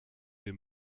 wir